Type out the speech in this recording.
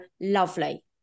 lovely